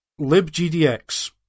LibGDX